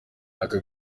aka